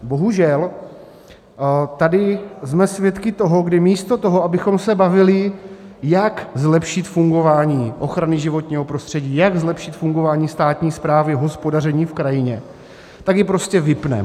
Bohužel tady jsme svědky toho, kdy místo toho, abychom se bavili, jak zlepšit fungování ochrany životního prostředí, jak zlepšit fungování státní správy, hospodaření v krajině, tak ji prostě vypneme.